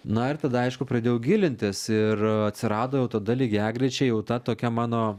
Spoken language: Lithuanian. na ir tada aišku pradėjau gilintis ir atsirado jau tada lygiagrečiai jau ta tokia mano